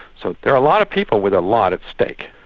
so there are a lot of people with a lot at stake,